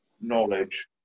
knowledge